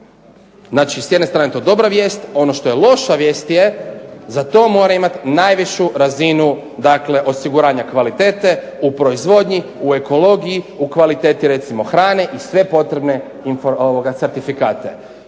znači s jedne strane je to dobra vijest, ono što je loša vijest je za to mora imati najvišu razinu osiguranja kvalitete u proizvodnji, u ekologiji, u kvaliteti recimo hrane i sve potrebne certifikate.